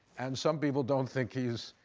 and some people don't think he's